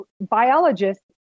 biologists